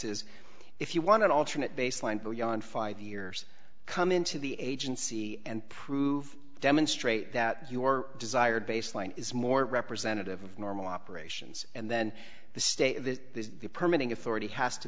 is if you want an alternate baseline beyond five years come into the agency and prove demonstrate that your desired baseline is more representative of normal operations and then the state permitting authority has to